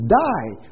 die